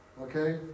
Okay